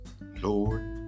Lord